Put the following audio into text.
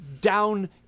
down